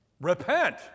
Repent